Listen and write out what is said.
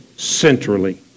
centrally